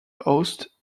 host